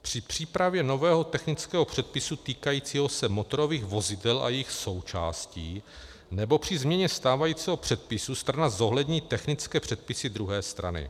Při přípravě nového technického předpisu týkajícího se motorových vozidel a jejich součástí nebo při změně stávajícího předpisu strana zohlední technické předpisy druhé strany.